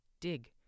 Dig